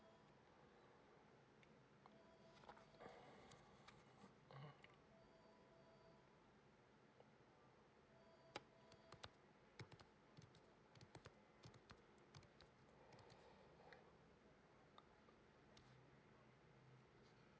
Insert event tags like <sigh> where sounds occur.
<noise> mmhmm